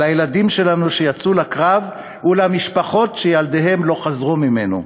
לילדים שלנו שיצאו לקרב ולמשפחות שילדיהן לא חזרו ממנו.